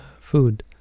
food